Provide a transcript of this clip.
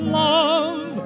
love